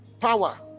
power